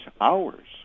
hours